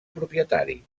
propietaris